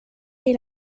est